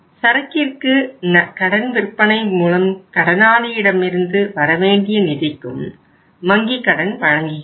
சரக்கிற்கும் கடன் விற்பனை மூலம் கடனாளியிடமிருந்து வரவேண்டிய நிதிக்கும் வங்கி கடன் வழங்குகிறது